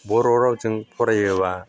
बर' रावजों फरायोब्ला